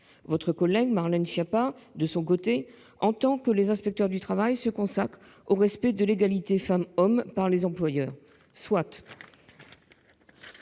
Votre collègue Marlène Schiappa, de son côté, souhaite que les inspecteurs du travail se consacrent au respect de l'égalité entre les femmes et les hommes par les employeurs. Soit